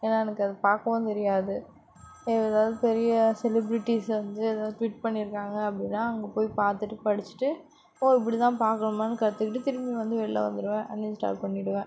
ஏன்னா எனக்கு அது பார்க்கவும் தெரியாது வேற ஏதாவது பெரிய செலிப்ரிட்டிஸ் வந்து ஏதாவது ட்விட் பண்ணியிருக்காங்க அப்படினா அங்கே போய் பார்த்துட்டு படிச்சுட்டு ஓ இப்படிதான் பார்க்கணுமானு கற்றுக்கிட்டு திரும்பி வந்து வெளில வந்துடுவேன் அன் இன்ஸ்டால் பண்ணிவிடுவேன்